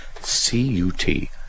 C-U-T